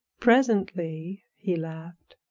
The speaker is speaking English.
presently? he laughed.